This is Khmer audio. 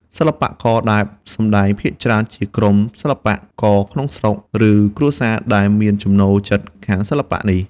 សិល្បករដែលសម្តែងភាគច្រើនជាក្រុមសិល្បៈករក្នុងស្រុក ឬគ្រួសារដែលមានចំណូលចិត្តខាងសិល្បៈនេះ។